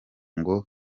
ngo